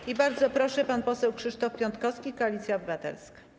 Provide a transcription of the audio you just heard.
I bardzo proszę, pan poseł Krzysztof Piątkowski, Koalicja Obywatelska.